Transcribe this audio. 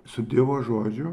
su dievo žodžiu